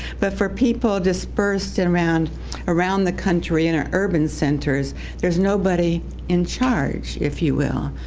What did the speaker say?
but for people dispersed and round around the country and urban centers there's nobody in charge if you will.